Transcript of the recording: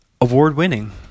award-winning